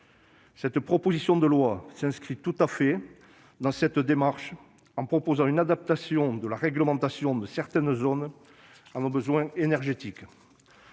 Cette proposition de loi s'inscrit tout à fait dans cette démarche en ce qu'elle propose une adaptation de la réglementation de certaines zones à nos besoins énergétiques.